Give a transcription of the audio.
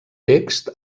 text